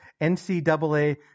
NCAA